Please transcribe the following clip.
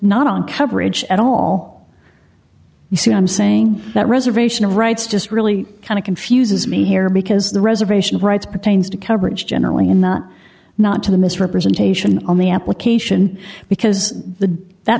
not on coverage at all you see i'm saying that reservation of rights just really kind of confuses me here because the reservation rights pertains to coverage generally in the not to the misrepresentation on the application because the that